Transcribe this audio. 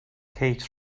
kate